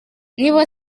nibo